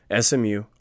SMU